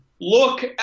look